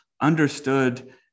understood